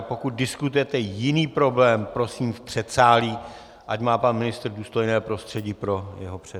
Pokud diskutujete jiný problém, prosím v předsálí, ať má pan ministr důstojné prostředí pro svůj přednes.